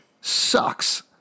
sucks